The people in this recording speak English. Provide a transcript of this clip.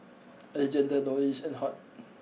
Alejandra Loris and Hart